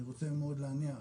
אני רוצה מאוד להניח,